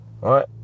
Right